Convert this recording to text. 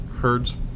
Herds